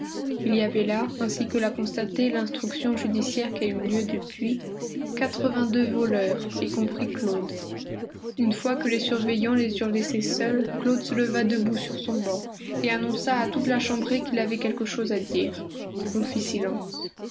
il y avait là ainsi que l'a constaté l'instruction judiciaire qui a eu lieu depuis quatrevingt deux voleurs y compris claude une fois que les surveillants les eurent laissés seuls claude se leva debout sur son banc et annonça à toute la chambrée qu'il avait quelque chose à dire on fit silence